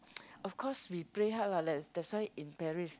of course we pray hard lah like that's why in Paris